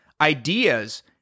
ideas